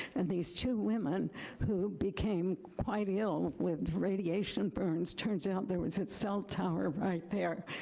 and these two women who became quite ill with radiation burns, turns out there was it's cell tower right there.